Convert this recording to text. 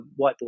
whiteboard